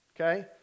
okay